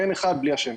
אין אחד בלי השני,